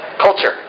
Culture